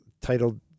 titled